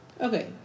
okay